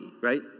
right